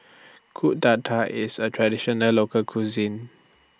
Kuih Dadar IS A Traditional Local Cuisine